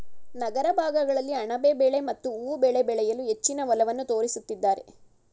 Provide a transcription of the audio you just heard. ನಗರ ಭಾಗಗಳಲ್ಲಿ ಅಣಬೆ ಬೆಳೆ ಮತ್ತು ಹೂವು ಬೆಳೆ ಬೆಳೆಯಲು ಹೆಚ್ಚಿನ ಒಲವನ್ನು ತೋರಿಸುತ್ತಿದ್ದಾರೆ